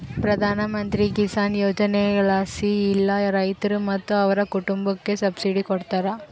ಪ್ರಧಾನಮಂತ್ರಿ ಕಿಸಾನ್ ಯೋಜನೆಲಾಸಿ ಎಲ್ಲಾ ರೈತ್ರು ಮತ್ತೆ ಅವ್ರ್ ಕುಟುಂಬುಕ್ಕ ಸಬ್ಸಿಡಿ ಕೊಡ್ತಾರ